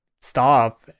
stop